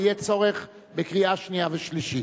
אבל יהיה צורך בקריאה שנייה ושלישית,